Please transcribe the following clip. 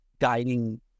guiding